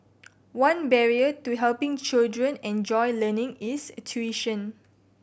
one barrier to helping children enjoy learning is tuition